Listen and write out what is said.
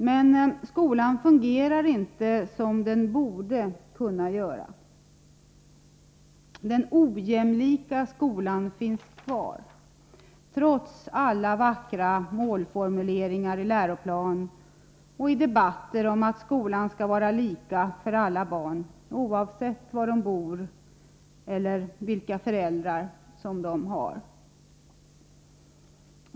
Men skolan fungerar inte som den borde kunna göra. Den ojämlika skolan finns kvar, trots alla vackra målformuleringar i läroplanen och i debatter om att skolan skall vara lika för alla barn, oavsett var de bor eller vilka föräldrar de har.